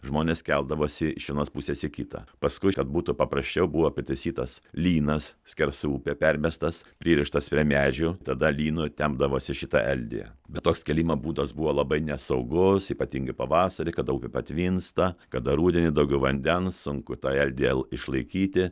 žmonės keldavosi iš vienos pusės į kitą paskui kad būtų paprasčiau buvo pitaisytas lynas skersai upę permestas pririštas prie medžių tada lynu tempdavosi šitą eldiją bet toks kėlimo būdas buvo labai nesaugus ypatingai pavasarį kada upė patvinsta kada rudenį daugiau vandens sunku tą eldiją l išlaikyti